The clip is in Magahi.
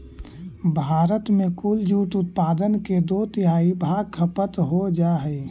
भारत में कुल जूट उत्पादन के दो तिहाई भाग खपत हो जा हइ